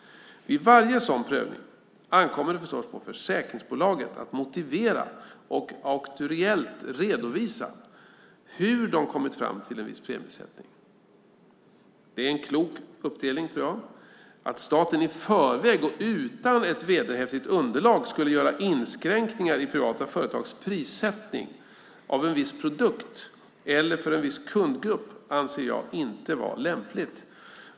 Vid varje sådan prövning ankommer det förstås på försäkringsbolaget att motivera och akturiellt redovisa hur det kommit fram till en viss premiesättning. Det är en klok uppdelning. Att staten i förväg och utan ett vederhäftigt underlag skulle göra inskränkningar i privata företags prissättning av en viss produkt eller för en viss kundgrupp anser jag inte vara lämpligt.